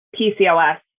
PCOS